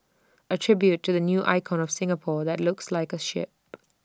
A tribute to the new icon of Singapore that looks like A ship